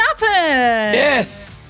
Yes